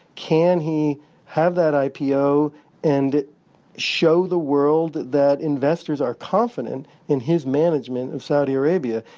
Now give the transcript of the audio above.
can he have that ipo and show the world that investors are confident in his management of saudi arabia?